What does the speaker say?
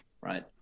right